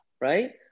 right